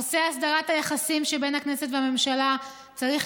נושא הסדרת היחסים שבין הכנסת לממשלה צריך